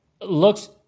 looks